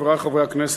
חברי חברי הכנסת,